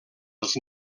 els